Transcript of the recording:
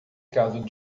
caso